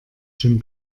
jim